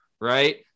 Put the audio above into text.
Right